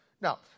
Now